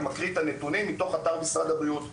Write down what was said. אני מקריא את הנתונים מתוך אתר משרד הבריאות,